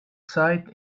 sight